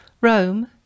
Rome